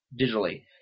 digitally